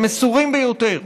המסורים ביותר,